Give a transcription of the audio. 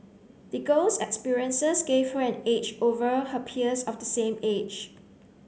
the girl's experiences gave her an edge over her peers of the same age